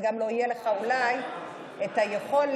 וגם לא תהיה לך אולי את היכולת,